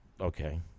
Okay